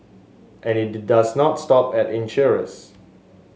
and it does not stop at insurers